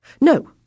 No